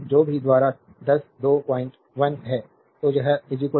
तो जी द्वारा 10 2 01 है